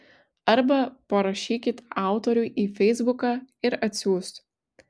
arba parašykit autoriui į feisbuką ir atsiųs